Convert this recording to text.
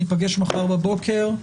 ניפגש מחר בבוקר.